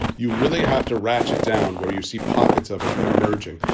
you really have to ratchet down where you see pockets of it emerging.